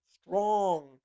strong